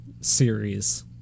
series